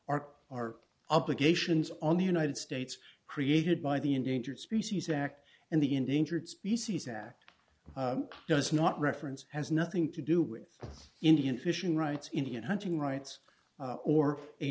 are our obligations on the united states created by the endangered species act and the endangered species act does not reference has nothing to do with indian fishing rights indian hunting rights or a